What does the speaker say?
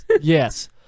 Yes